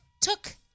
took